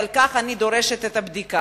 ועל כך אני דורשת את הבדיקה.